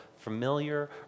familiar